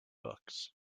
books